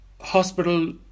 hospital